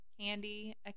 Candy